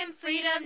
Freedom